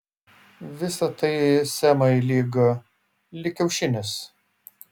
visa tai semai lyg lyg kiaušinis